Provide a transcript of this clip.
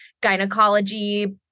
gynecology